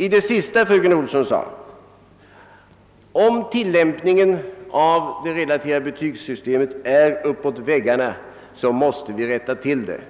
I det sista som fröken Olsson sade — att om tillämpningen av det relativa betygssystemet är uppåt väggarna, som nu kommit fram, måste vi rätta till det